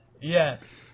Yes